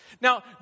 Now